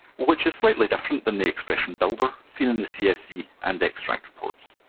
which is slightly different than the expression builder seen in the csv and extract reports.